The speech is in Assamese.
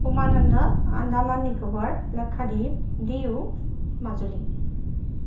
Umananda Andaman Nicobar Lakshadweep D U Majuli